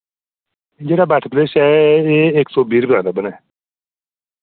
जेह्ड़ा bottle brush ऐ एह् इक सौ बीह् रपे दा लब्भना ऐ